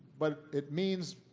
but it means,